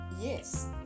yes